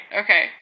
Okay